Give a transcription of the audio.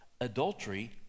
Adultery